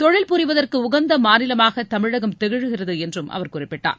தொழில் புரிவதற்கு உகந்த மாநிலமாக தமிழகம் திகழ்கிறது என்றும் அவர் குறிப்பிட்டார்